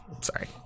Sorry